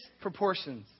proportions